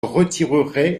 retirerai